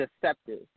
deceptive